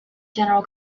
general